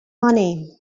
money